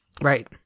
Right